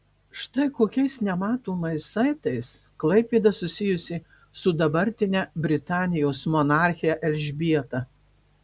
štai kokiais nematomais saitais klaipėda susijusi su dabartine britanijos monarche elžbieta